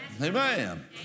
Amen